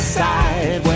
side